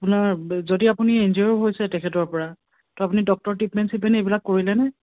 আপোনাৰ যদি আপুনি ইনজিঅ'ৰ হৈছে তেখেতৰ পৰা ত' আপুনি ডক্টৰ টিটমেণ্ট চিটমেণ্ট এইবিলাক কৰিলেনে